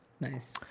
nice